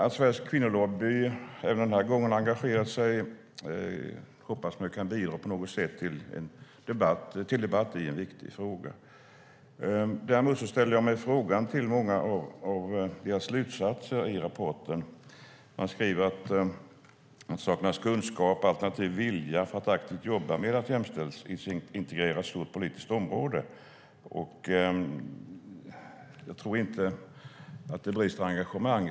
Att Svensk Kvinnolobby även denna gång har engagerat sig hoppas jag på något sätt kan bidra till debatt i en viktig fråga. Däremot ställer jag mig frågande till många av slutsatserna i Svensk Kvinnolobbys rapport. Man skriver att det saknas kunskap alternativt vilja för att aktivt jobba med att jämställdhetsintegrera ett stort politiskt område. Jag tror inte att det brister i engagemang.